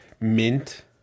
Mint